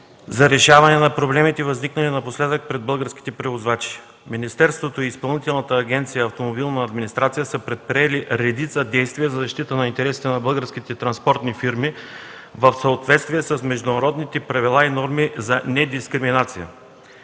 за решаване на проблемите, възникнали напоследък пред българските превозвачи. Министерството и Изпълнителната агенция „Автомобилна администрация” са предприели редица действия за защита на интересите на българските транспортни фирми в съответствие с международните правила и норми за недискриминация.